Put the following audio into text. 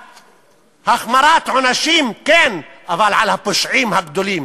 החמרת עונשים, כן, אבל על הפושעים הגדולים.